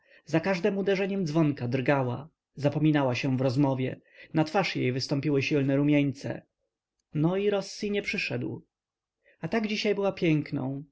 za każdem uderzeniem dzwonka drgała zapominała się w rozmowie na twarz jej wystąpiły silne rumieńce no i rossi nie przyszedł a tak dziś była piękną